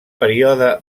període